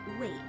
Wait